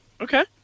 Okay